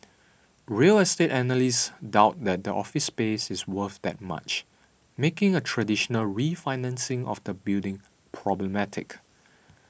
real estate analysts doubt that the office space is worth that much making a traditional refinancing of the building problematic